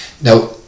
now